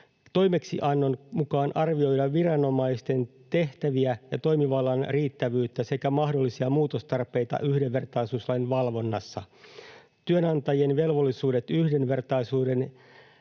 kokonaistoimeksiannon mukaan arvioida viranomaisten tehtävien ja toimivallan riittävyyttä sekä mahdollisia muutostarpeita yhdenvertaisuuslain valvonnassa. Työnantajien velvollisuudet yhdenvertaisuuden